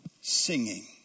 singing